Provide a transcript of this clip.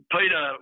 Peter